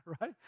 right